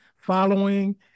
following